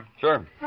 Sure